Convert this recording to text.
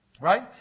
right